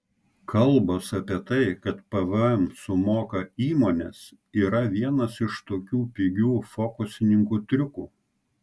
kalbos apie tai kad pvm sumoka įmonės yra vienas iš tokių pigių fokusininkų triukų